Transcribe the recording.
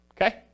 okay